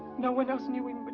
no one else knew him